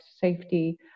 safety